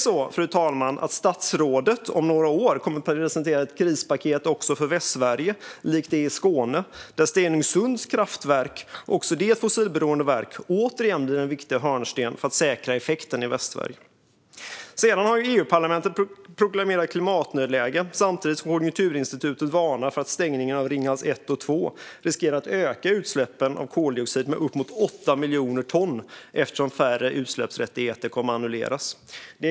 Kommer statsrådet om några år att presentera ett krispaket också för Västsverige likt det i Skåne, där Stenungsunds kraftverk, också det ett fossilberoende verk, åter blir en viktig hörnsten för att säkra effekten i Västsverige? Samtidigt som EU-parlamentet proklamerar klimatnödläge varnar Konjunkturinstitutet för att stängningen av Ringhals 1 och 2 riskerar att öka utsläppen av koldioxid med uppemot 8 miljoner ton eftersom färre utsläppsrätter kommer att annulleras.